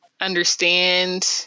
understand